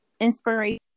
inspiration